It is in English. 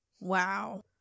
Wow